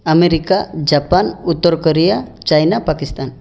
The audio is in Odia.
ଆମେରିକା ଜାପାନ ଉତ୍ତର କୋରିଆ ଚାଇନା ପାକିସ୍ଥାନ